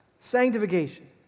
Sanctification